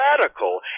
radical